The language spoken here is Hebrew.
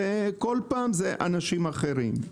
וכל פעם זה אנשים אחרים,